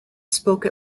spoke